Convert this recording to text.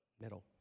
Middle